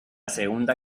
segunda